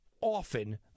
often